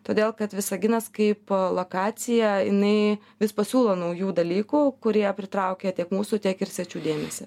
todėl kad visaginas kaipo lokacija jinai vis pasiūlo naujų dalykų kurie pritraukia tiek mūsų tiek ir svečių dėmesį